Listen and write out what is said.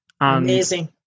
Amazing